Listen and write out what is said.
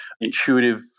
intuitive